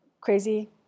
crazy